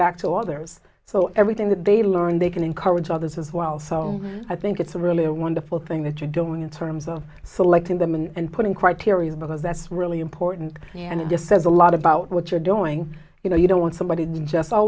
back to others so everything that they learn they can encourage others as well so i think it's a really wonderful thing that you're doing in terms of selecting them and putting criterium of our vets really important and it just as a lot about what you're doing you know you don't want somebody